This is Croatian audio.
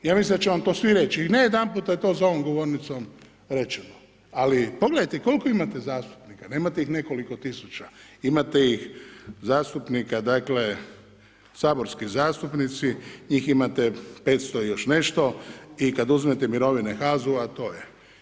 Ja mislim da će vam to svi reć i ne jedanputa to je za ovom govornicom rečeno ali pogledajte koliko imate zastupnika, nemate ih nekoliko tisuća, imate ih zastupnika dakle saborski zastupnici, njih imate 500 i još nešto i kad uzmete mirovine HAZU-a, to je.